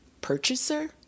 purchaser